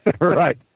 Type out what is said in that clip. right